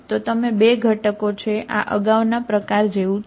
તો તમે 2 ઘટકો છો આ અગાઉના પ્રકાર જેવું છે